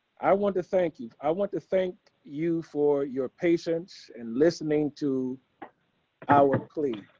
i want to thank you. i want to thank you for your patience and listening to our clean